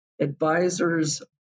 advisors